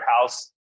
house